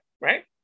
right